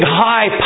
high